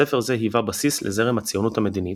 ספר זה היווה בסיס לזרם הציונות המדינית,